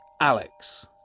Alex